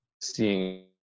seeing